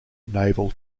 naval